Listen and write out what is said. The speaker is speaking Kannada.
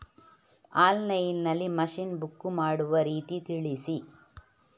ಆನ್ಲೈನ್ ನಲ್ಲಿ ಮಷೀನ್ ಬುಕ್ ಮಾಡುವ ರೀತಿ ತಿಳಿಸಿ?